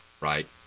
right